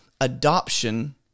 adoption